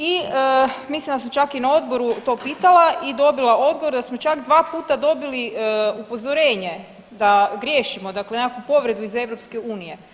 I mislim da sam čak i na odboru to pitala i dobila odgovor da smo čak 2 puta dobili upozorenje da griješimo, dakle nekakvu povredu iz EU.